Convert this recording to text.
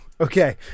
Okay